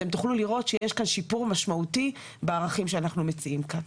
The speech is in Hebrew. אתם תוכלו לראות שיש כאן שיפור משמעותי בערכים שאנחנו מציעים כאן.